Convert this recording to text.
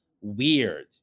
Weird